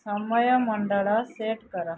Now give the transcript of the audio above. ସମୟ ମଣ୍ଡଳ ସେଟ୍ କର